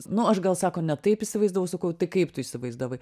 nu aš gal sako ne taip įsivaizdavau sakau tai kaip tu įsivaizdavai